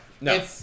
no